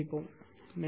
மறுபடியும் சந்திப்போம்